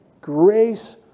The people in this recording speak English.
grace